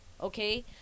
Okay